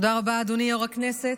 תודה רבה, אדוני היושב-ראש.